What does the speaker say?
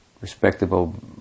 respectable